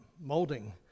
molding